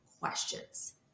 questions